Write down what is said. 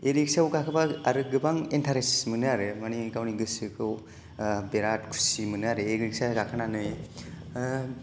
E रिक्सायाव गाखोबा आरो गोबां इन्टा रेस मोनो आरो माने गावनि गोसोखौ बिराद खुसि मोनो आरो इ रिक्सा गाखोनानै